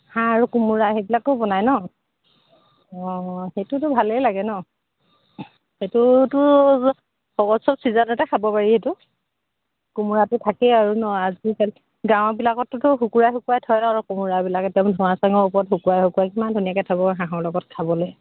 হাঁহ আৰু কোমোৰা সেইবিলাকো বনাই ন অঁ সেইটোতো ভালেই লাগে ন সেইটোতো চব ছিজনতে খাব পাৰি সেইটো কোমোৰাটো থাকেই আৰু ন আজিকালি গাঁৱবিলাকতোটো শুকুৱাই শুকুৱাই থয় আৰু কোমোৰাবিলাক মানে ধোৱা চাঙৰ ওপৰত শুকুৱাই শুকুৱাই কিমান ধুনীয়াকে থ'ব হাঁহৰ লগত খাবলে